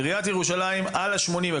עיריית ירושלים על ה-80 אלף.